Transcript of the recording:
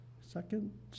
Second